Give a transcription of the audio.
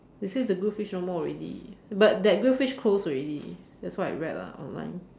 is it the grill fish no more already but that grill fish close already that's what I read lah online